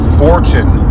fortune